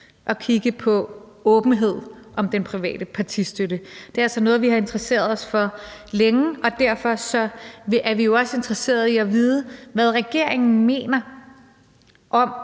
at kigge på åbenhed om den private partistøtte. Det er altså noget, vi har interesseret os for længe, og derfor er vi jo også interesseret i at vide, hvad regeringen mener om